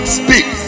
speak